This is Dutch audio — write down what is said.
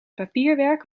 papierwerk